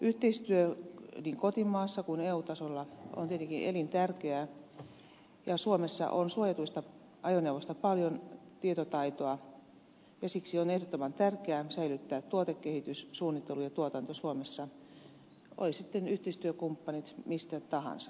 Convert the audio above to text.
yhteistyö niin kotimaassa kuin eu tasolla on tietenkin elintärkeää ja suomessa on suojatuista ajoneuvoista paljon tieto taitoa ja siksi on ehdottoman tärkeää säilyttää tuotekehitys suunnittelu ja tuotanto suomessa oli sitten yhteistyökumppanit mistä tahansa ja keitä tahansa